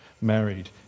married